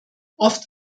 oft